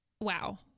wow